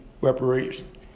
reparation